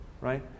right